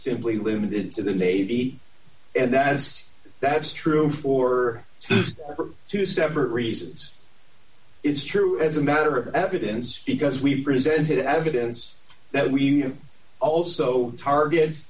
simply limited to the navy and that's that's true for two separate reasons is true as a matter of evidence because we presented evidence that we also target